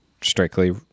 strictly